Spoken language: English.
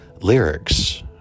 lyrics